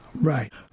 Right